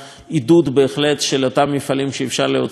בהחלט, של אותם מפעלים שאי-אפשר להוציא, לצאת.